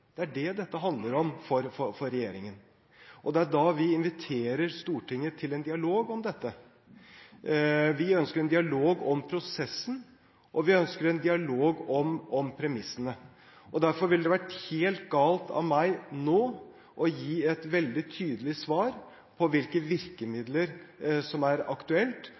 Det er det dette handler om for regjeringen. Det er da vi inviterer Stortinget til en dialog om dette. Vi ønsker en dialog om prosessen, og vi ønsker en dialog om premissene. Derfor ville det være helt galt av meg nå å gi et veldig tydelig svar på hvilke virkemidler som er